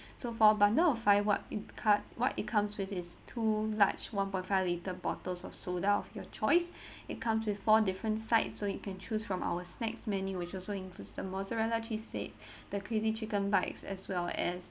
so for bundle of five what in card what it comes with is two large one point five litre bottles of soda of your choice it comes with four different sides so you can choose from our snacks menu which also includes the mozzarella cheese sticks the crazy chicken bites as well as